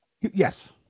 Yes